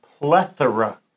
plethora